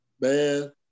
Man